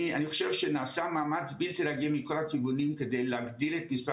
אני חושב שנעשה מאמץ בלתי רגיל מכל הכיוונים כדי להגדיל את מספר